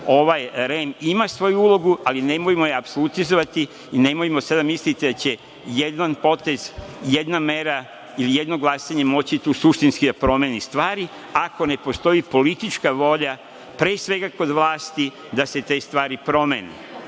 ovaj REM ima svoju ulogu, ali nemojmo je apsolutizovati i nemojmo sada da mislite da će jedan potez, jedna mera ili jedno glasanje moći tu suštinski da promeni stvari, ako ne postoji politička volja, pre svega kod vlasti, da se te stvari promene.U